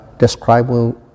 describing